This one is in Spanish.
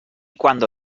cuando